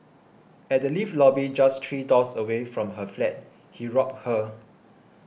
at the lift lobby just three doors away from her flat he robbed her